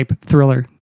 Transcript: thriller